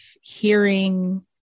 hearing